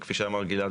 כפי שאמר גלעד,